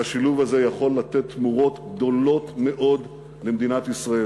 והשילוב הזה יכול לתת תמורות גדולות מאוד למדינת ישראל,